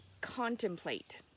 contemplate